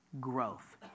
growth